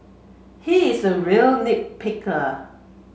he is a real nit picker